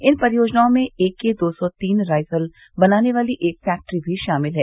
इन परियोजनाओं में एके दो सौ तीन राइफल बनाने वाली एक फैक्टरी भी शामिल है